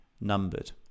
numbered